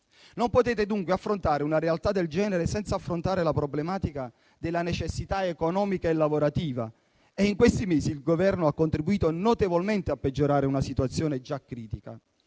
Non potete dunque affrontare una realtà del genere senza affrontare la problematica della necessità economica e lavorativa e in questi mesi il Governo ha contribuito notevolmente a peggiorare una situazione già critica.